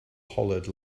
hollered